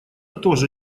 тоже